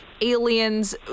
aliens